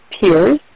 peers